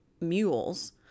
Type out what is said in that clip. mules